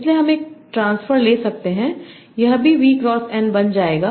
इसलिए हम एक ट्रांसफर ले सकते हैं यह भी V क्रॉस N बन जाएगा